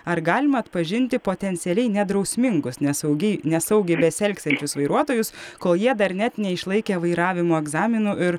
ar galima atpažinti potencialiai nedrausmingus nesaugiai nesaugiai besielgiančius vairuotojus kol jie dar net neišlaikę vairavimo egzaminų ir